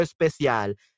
especial